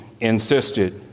insisted